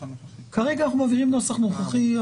כרגע אנחנו מעבירים את הנוסח הנוכחי.